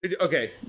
Okay